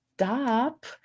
stop